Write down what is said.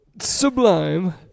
Sublime